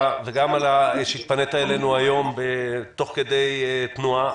וגם שהתפנית אלינו היום תוך כדי תנועה.